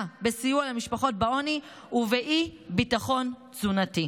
בסיוע למשפחות בעוני ובאי-ביטחון תזונתי: